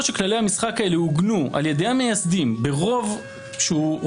שכללי המשחק האלה עוגנו על ידי המייסדים ברוב - הנה,